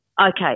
Okay